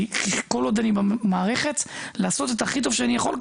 היא לעשות את הכי טוב שאני יכול,